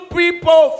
people